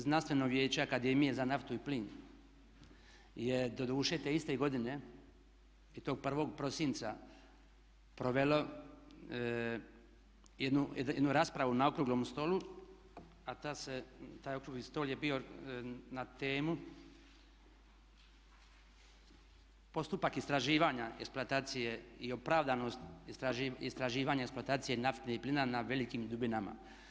Znanstveno vijeće akademije za naftu i plin je doduše te iste godine i tog 1. prosinca provelo jednu raspravu na okruglom stolu a taj okrugli stol je bio na temu "Postupak istraživanja eksploatacije i opravdanost istraživanja eksploatacije nafte i plina na velikim dubinama.